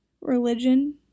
religion